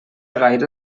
gaire